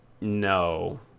No